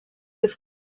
ist